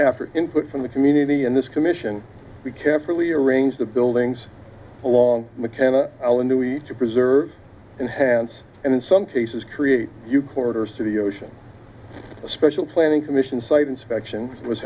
after input from the community and this commission we carefully arranged the buildings along mckenna island to eat to preserve and hands and in some cases create you quarters to the ocean a special planning commission site inspection was